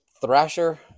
Thrasher